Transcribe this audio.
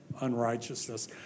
unrighteousness